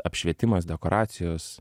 apšvietimas dekoracijos